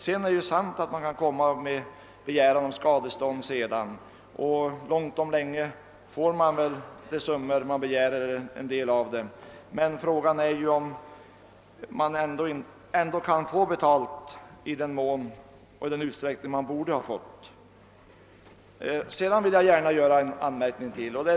Det är sant att man efteråt kan begära skadestånd, och långt om länge får man väl de summor man kräver eller en del av dem, men frågan är om man ändå kan få ersättning i den utsträckning man borde ha fått. Jag vill gärna göra en anmärkning till.